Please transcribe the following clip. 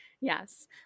Yes